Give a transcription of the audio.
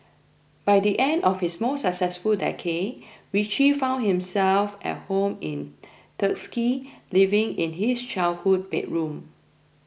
by the end of his most successful decade Richie found himself at home in Tuskegee living in his childhood bedroom